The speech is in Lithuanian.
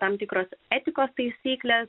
tam tikros etikos taisyklės